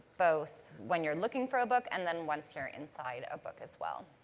both when you're looking for a book, and then once you're inside a book as well.